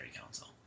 council